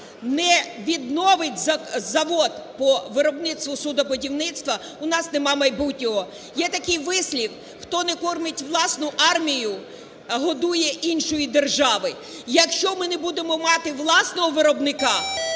не відновить завод по виробництву суднобудівництва, у нас нема майбутнього. Є такий вислів: "Хто не кормить власну армію – годує іншої держави". Якщо ми не будемо мати власного виробника,